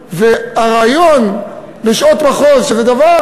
והרעיון בשעות מחוז, שזה דבר